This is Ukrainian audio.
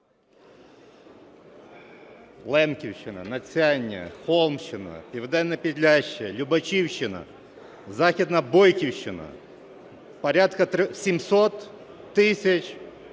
Лемківщина, Надсяння, Холмщина, Південне Підляшшя, Любачівщина, Західна Бойківщина. Порядку 700 тисяч